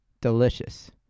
Delicious